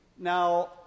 Now